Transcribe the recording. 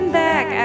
back